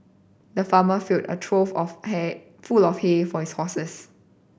the farmer filled a trough of hay full of hay for his horses